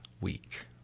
week